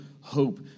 hope